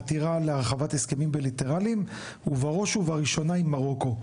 חתירה להרחבת הסכמים בילטרליים ובראש ובראשונה עם מרוקו,